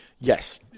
Yes